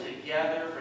together